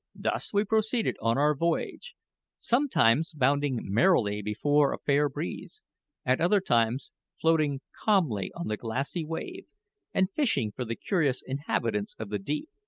thus we proceeded on our voyage sometimes bounding merrily before a fair breeze at other times floating calmly on the glassy wave and fishing for the curious inhabitants of the deep,